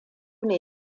ne